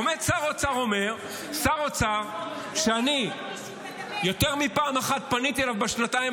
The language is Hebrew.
עומד שר אוצר שאני יותר מפעם אחת פניתי אליו בשנתיים